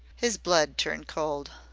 his blood turned cold.